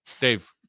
Dave